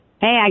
Hey